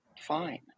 fine